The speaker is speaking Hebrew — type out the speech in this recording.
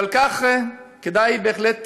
אז על כך כדאי בהחלט